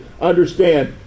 understand